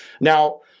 Now